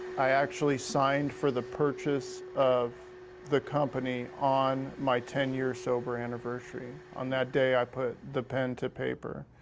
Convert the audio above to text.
i actually signed for the purchase of the company on my ten year sober anniversary. on that day, i put the pen to paper.